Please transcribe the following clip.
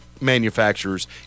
manufacturers